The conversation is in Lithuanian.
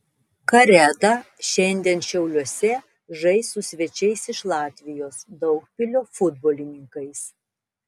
kareda šiandien šiauliuose žais su svečiais iš latvijos daugpilio futbolininkais